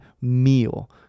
meal